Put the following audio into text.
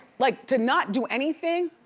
like to not do anything,